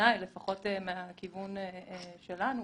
לאפשר היערכות מוקדמת של כל